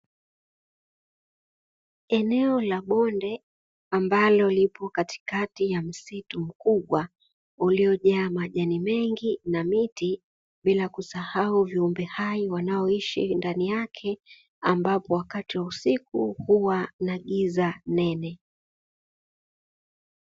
Eneo la bonde ambalo lipo katikati ya msitu mkubwa, uliojaa majani mengi na miti bila kusahau viumbe hai wanaoishi ndani yake ambapo wakati wa usiku huwa na giza nene.